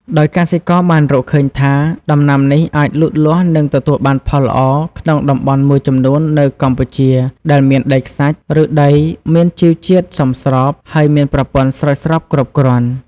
ដោយកសិករបានរកឃើញថា ដំណាំនេះអាចលូតលាស់និងទទួលបានផលល្អក្នុងតំបន់មួយចំនួននៅកម្ពុជាដែលមានដីខ្សាច់ ឬដីមានជីជាតិសមស្រប ហើយមានប្រព័ន្ធស្រោចស្រពគ្រប់គ្រាន់។